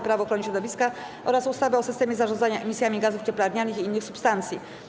Prawo ochrony środowiska oraz ustawy o systemie zarządzania emisjami gazów cieplarnianych i innych substancji.